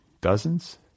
dozens